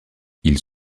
ils